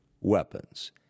weapons